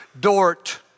Dort